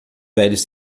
velhos